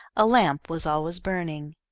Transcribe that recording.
a lamp was always burning.